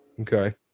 Okay